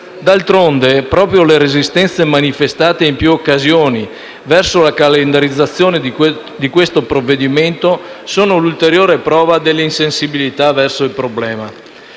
D'altronde, proprio le resistenze manifestate in più occasioni verso la calendarizzazione di questo provvedimento sono l'ulteriore prova della insensibilità verso il problema.